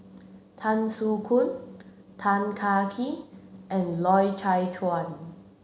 Tan Soo Khoon Tan Kah Kee and Loy Chye Chuan